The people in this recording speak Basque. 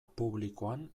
publikoan